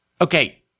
Okay